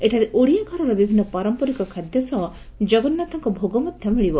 ଏଠାରେ ଓଡ଼ିଆ ଘରର ବିଭିନ୍ତ ପାରମ୍ମରିକ ଖାଦ୍ୟ ସହ ଜଗନ୍ତାଥଙ୍କ ଭୋଗ ମଧ୍ଧ ମିଳିବ